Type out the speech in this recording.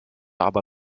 aber